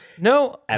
No